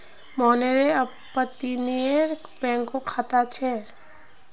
मोहनेर अपततीये बैंकोत खाता छे